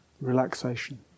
Relaxation